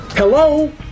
Hello